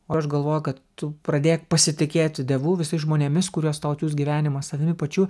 o aš galvoju kad tu pradėk pasitikėti dievu visais žmonėmis kuriuos tau atsiųs gyvenimas savimi pačiu